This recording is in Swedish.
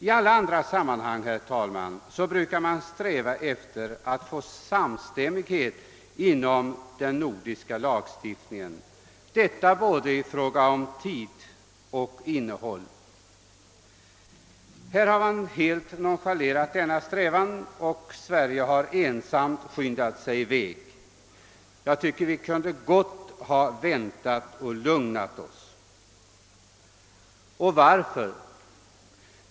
I alla andra sammanhang strävar man efter att uppnå samstämmighet inom den nordiska lagstiftningen i fråga om både tid och innehåll. Här har man helt nonchalerat denna strävan, och Sverige har ensamt skyndat i väg. Jag tycker att vi gott kunde ha lugnat oss ett tag. Och varför?